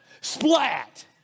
Splat